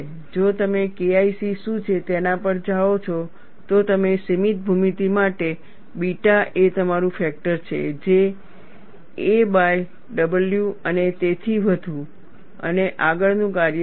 જો તમે KIC શું છે તેના પર જાઓ છો તો તમે સીમિત ભૂમિતિ માટે બીટા એ તમારું ફેક્ટર છે જે a by w અને તેથી વધુ અને આગળનું કાર્ય હશે